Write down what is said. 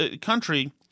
country